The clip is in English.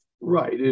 Right